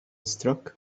struck